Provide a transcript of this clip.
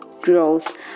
growth